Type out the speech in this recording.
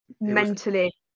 mentally